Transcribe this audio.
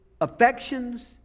affections